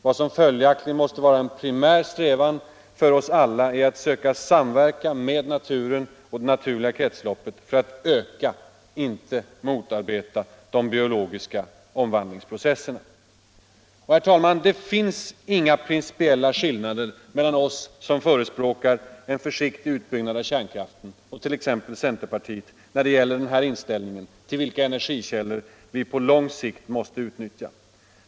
Vad som följaktligen måste vara en primär strävan för oss alla är att söka samverka med naturen och det naturliga kretsloppet för att öka — inte motarbeta — de biologiska omvandlingsprocesserna. Det finns, herr talman, inga principiella skillnader mellan oss som förespråkar en försiktig utbyggnad av kärnkraften och t.ex. centerpartiet när det gäller inställningen till vilka energikällor vi på lång sikt måste utnyttja.